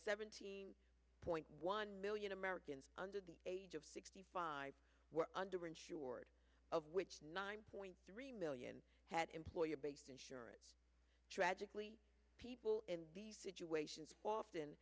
seventy point one million americans under the age of sixty five were under insured of which nine point three million had employer based insurance tragically people in situations often